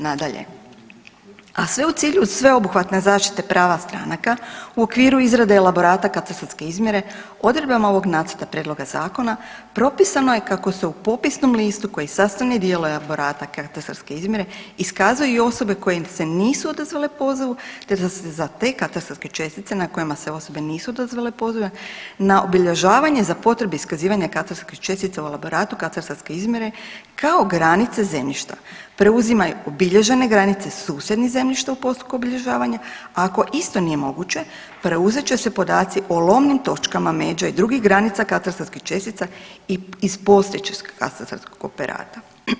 Nadalje, a sve u cilju sveobuhvatne zaštite prava stranaka, u okviru izrade elaborata katastarske izmjere odredbama ovog nacrta prijedloga zakona propisano je kako se u popisnom listu koji je sastavni dio elaborata katastarske izmjene iskazuju osobe koje se nisu odazvale pozivu te za te katastarske čestice na kojima se osobe nisu dozvale pozivu na obilježavanje za potrebe iskazivanja katastarske čestice u elaboratu katastarske izmjere kao granice zemljišta preuzimaju obilježene granice susjednih zemljišta u postupku obilježavanja, ako isto nije moguće, preuzet će se podaci o lomnim točkama međe i drugih granica katastarskih čestica i iz postojećeg katastarskog operata.